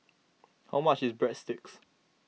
how much is Breadsticks